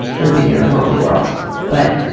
living in her lonely world but,